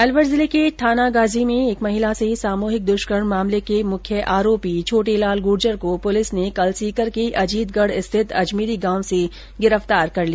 अलवर जिले के थानागाजी में एक महिला से सामूहिक दुष्कर्म मामले के मुख्य आरोपी छोटेलाल गुर्जर को पुलिस ने कल सीकर के अजीतगढ स्थित अजमेरी गांव से गिरफ्तार किया